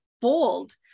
bold